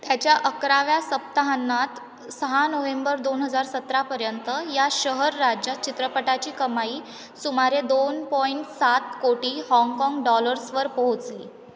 त्याच्या अकराव्या सप्ताहान्तात सहा नोहेंबर दोन हजार सतरापर्यंत या शहर राज्यात चित्रपटाची कमाई सुमारे दोन पॉइंट सात कोटी हाँगकाँग डॉलर्सवर पोहोचली